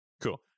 Cool